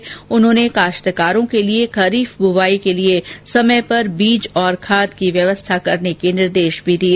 कृषि मंत्री ने काश्तकारों के लिए खरीफ बुवाई के लिए समय पर बीज और खाद की व्यवस्था करने के निर्देश दिए